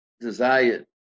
desire